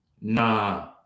Nah